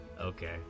Okay